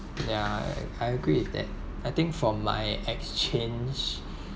yeah I agree with that I think for my exchange